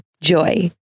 Joy